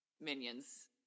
minions